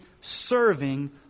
serving